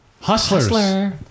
Hustlers